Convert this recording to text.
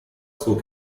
zog